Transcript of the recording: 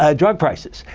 ah drug prices.